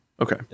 Okay